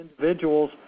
individuals